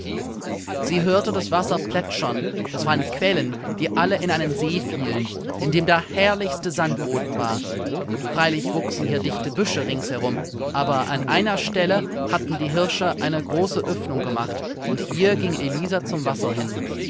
sie hörte das wasser plätschern das waren quellen die alle in einen see fielen in dem der herrlichste sandboden war freilich wuchsen hier dichte büsche rings herum aber an einer stelle hatten die hirsche eine große öffnung gemacht und hier ging elisa zum wasser hin